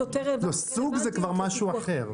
סוג זה משהו אחר.